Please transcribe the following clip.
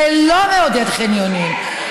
זה מעודד חניונים.